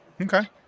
Okay